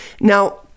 Now